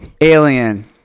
alien